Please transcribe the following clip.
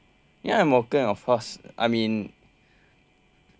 ya I'm working of course I'm in